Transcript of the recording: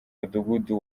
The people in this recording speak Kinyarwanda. mudugudu